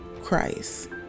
Christ